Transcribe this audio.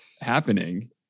happening